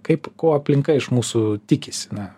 kaip ko aplinka iš mūsų tikisi na